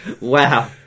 Wow